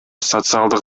социалдык